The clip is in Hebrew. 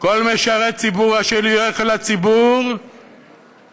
כל משרת ציבור אשר ילך לציבור ויאמר